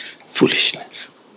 Foolishness